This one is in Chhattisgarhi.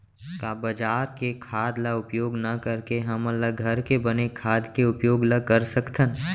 का बजार के खाद ला उपयोग न करके हमन ल घर के बने खाद के उपयोग ल कर सकथन?